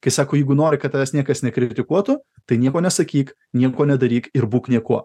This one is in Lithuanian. kai sako jeigu nori kad tavęs niekas nekritikuotų tai nieko nesakyk nieko nedaryk ir būk niekuo